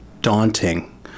daunting